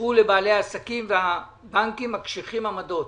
אישרו לבעלי עסקים, והבנקים מקשיחים עמדות.